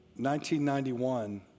1991